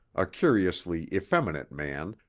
a curiously effeminate man,